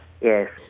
Yes